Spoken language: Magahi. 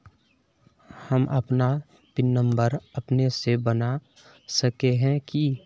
हम अपन पिन नंबर अपने से बना सके है की?